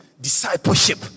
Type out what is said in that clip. discipleship